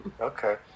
Okay